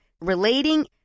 relating